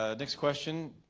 ah next question